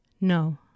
no